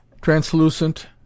Translucent